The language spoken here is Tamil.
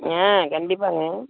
ஆ கண்டிப்பாங்க